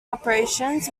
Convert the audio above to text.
operations